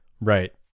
right